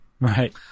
Right